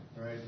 Right